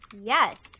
Yes